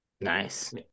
Nice